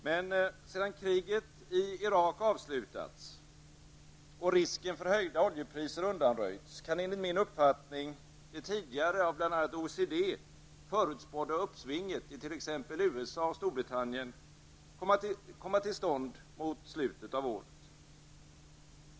Men sedan kriget i Irak avslutats och risken för höjda oljepriser undanröjts, kan enligt min uppfattning det tidigare av bl.a. OECD förutspådda uppsvinget i t.ex. USA och Storbritannien komma till stånd mot slutet av året.